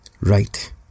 right